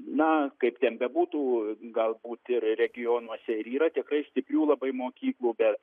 na kaip ten bebūtų galbūt ir regionuose yra tikrai stiprių labai mokyklų bet